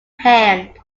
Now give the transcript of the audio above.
hand